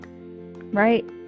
Right